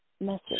message